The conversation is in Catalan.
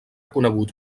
conegut